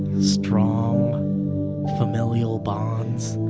strong familial bonds